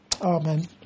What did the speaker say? Amen